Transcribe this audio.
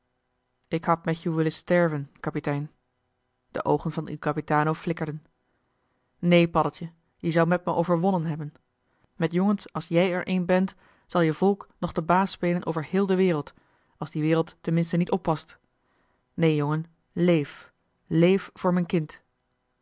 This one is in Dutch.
ik had met joe willen sterven kapitein de oogen van il capitano flikkerden neen paddeltje je zou met me overwonnen hebben met jongens als jij er een bent zal je volk nog den baas spelen over heel de wereld als die joh h been paddeltje de scheepsjongen van michiel de ruijter wereld ten minste niet oppast neen jongen lééf leef voor m'n kind